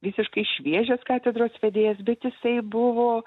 visiškai šviežias katedros vedėjas bet jisai buvo